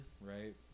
right